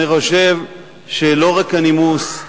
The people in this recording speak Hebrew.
נכון,